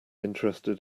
interested